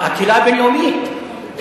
הקהילה הבין-לאומית,